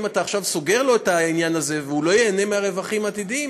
אם אתה עכשיו סוגר לו את העניין הזה והוא לא ייהנה מהרווחים העתידיים,